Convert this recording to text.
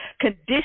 conditions